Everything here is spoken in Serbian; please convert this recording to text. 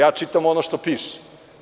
Ja čitam ono što piše.